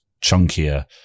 chunkier